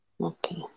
Okay